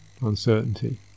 uncertainty